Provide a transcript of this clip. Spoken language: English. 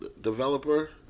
developer